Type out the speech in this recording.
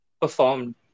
performed